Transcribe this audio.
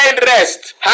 rest